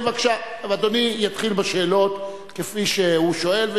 כן, בבקשה, אדוני יתחיל בשאלות, כפי שהוא שואל.